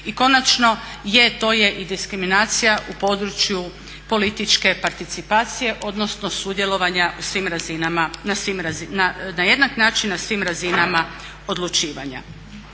i konačno, je, to je i diskriminacija u području političke participacije odnosno sudjelovanja na jednak način na svim razinama odlučivanja.